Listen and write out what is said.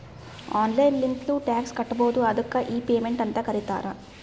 online ಲಿಂತ್ನು tax ಕಟ್ಬೋದು ಅದ್ದುಕ್ ಇ ಪೇಮೆಂಟ್ ಅಂತ್ ಕರೀತಾರ